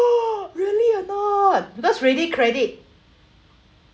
!woo! really or not because ready credit